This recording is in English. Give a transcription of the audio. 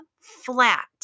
flat